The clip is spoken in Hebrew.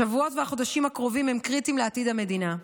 השבועות והחודשים הקרובים הם קריטיים לעתיד המדינה.